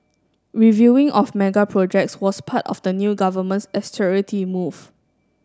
reviewing of mega projects was part of the new government's austerity move